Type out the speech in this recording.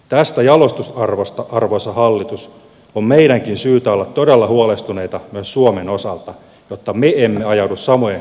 tästä jalostusarvosta arvoisa hallitus on meidänkin syytä olla todella huolestuneita myös suomen osalta jotta me emme ajaudu samojen ongelmien eteen